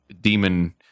demon